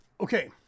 Okay